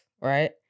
right